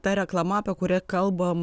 ta reklama apie kurią kalbam